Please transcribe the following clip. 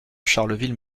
charleville